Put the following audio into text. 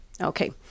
Okay